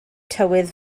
tywydd